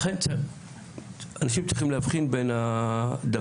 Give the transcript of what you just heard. לכן אנשים צריכים להבין בין הדקויות